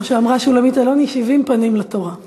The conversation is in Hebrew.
כמו שאמרה שולמית אלוני: שבעים פנים לתורה.